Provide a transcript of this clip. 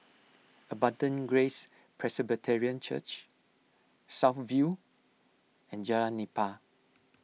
Abundant Grace Presbyterian Church South View and Jalan Nipah